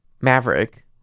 maverick